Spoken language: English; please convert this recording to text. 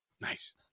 Nice